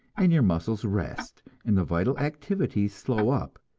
and your muscles rest, and the vital activities slow up,